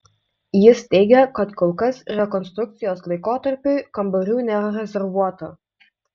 jis teigia kad kol kas rekonstrukcijos laikotarpiui kambarių nėra rezervuota